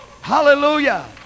Hallelujah